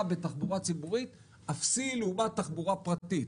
בתחבורה ציבורית אפסי לעומת תחבורה פרטית.